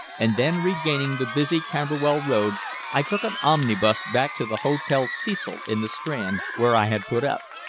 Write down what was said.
and then regaining the busy camberwell road i took an omnibus back to the hotel cecil in the strand where i had put up,